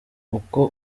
uko